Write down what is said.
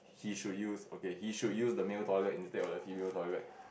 he should use okay he should use the male toilet instead of the female toilet